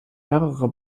mehrere